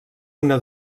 una